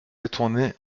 détournés